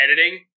editing